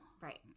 Right